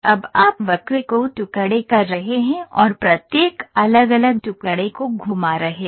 अब आप वक्र को टुकड़े कर रहे हैं और प्रत्येक अलग अलग टुकड़े को घुमा रहे हैं